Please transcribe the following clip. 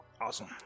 Awesome